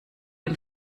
dem